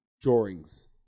drawings